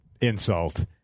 insult